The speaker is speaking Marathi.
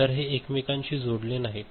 तर हे एकमेकांशी जोडलेले नाहीत